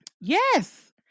yes